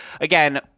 again